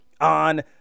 on